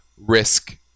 risk